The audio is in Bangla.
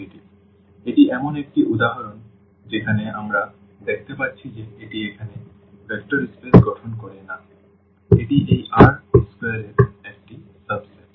সুতরাং এটি এমন একটি উদাহরণ যেখানে আমরা দেখতে পাচ্ছি যে এটি এখানে ভেক্টর স্পেস গঠন করে না এটি এই R স্কোয়ারের একটি সাবসেট